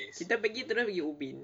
kita pergi terus pergi ubin